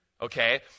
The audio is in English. Okay